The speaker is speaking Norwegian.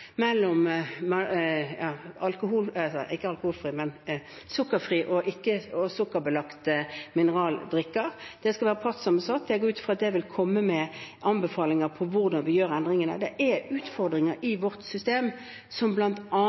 sukkerfri og sukkerholdig mineralvanndrikk. Det skal være partssammensatt. Jeg går ut fra at det vil komme med anbefalinger på hvordan vi foretar endringene. Det er utfordringer i vårt system som